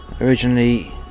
originally